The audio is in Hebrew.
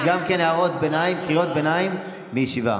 קריאות ביניים בישיבה.